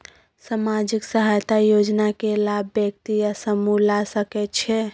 सामाजिक सहायता योजना के लाभ व्यक्ति या समूह ला सकै छै?